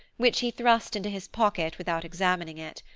which he thrust into his pocket without examining it.